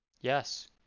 yes